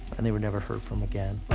and they were never heard from again.